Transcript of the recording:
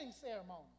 ceremony